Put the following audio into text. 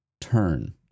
turn